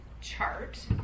chart